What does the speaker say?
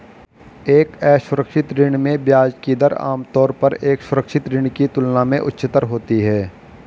एक असुरक्षित ऋण में ब्याज की दर आमतौर पर एक सुरक्षित ऋण की तुलना में उच्चतर होती है?